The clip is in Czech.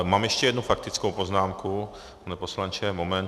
Mám ještě jednu faktickou poznámku, pane poslanče, moment.